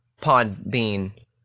Podbean